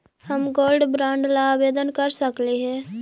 हम gold bond ला आवेदन कर सकली हे?